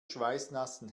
schweißnassen